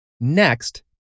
Next